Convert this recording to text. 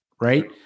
right